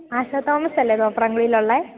ആശ തോമസ് അല്ലെ തോപ്രാംകുടിയിൽ ഉള്ളേ